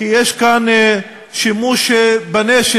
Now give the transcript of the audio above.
כי יש כאן שימוש בנשק